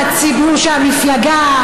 וחושבים שהמפלגה,